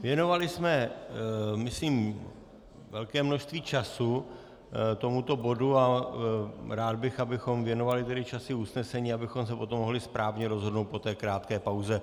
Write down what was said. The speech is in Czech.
Věnovali jsme, myslím, velké množství času tomuto bodu a rád bych, abychom věnovali čas i usnesení, abychom se potom mohli správně rozhodnout po té krátké pauze.